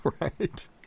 Right